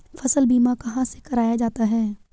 फसल बीमा कहाँ से कराया जाता है?